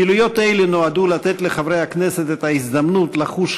פעילויות אלו נועדו לתת לחברי הכנסת את ההזדמנות לחוש